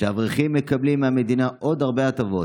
שהאברכים מקבלים מהמדינה עוד הרבה הטבות,